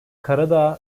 karadağ